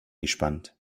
gespannt